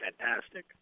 fantastic